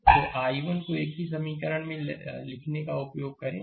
slide समय देखें 1631 तो i1 को एक ही समीकरण में लिखने का उपयोग करें